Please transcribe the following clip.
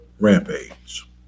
Rampage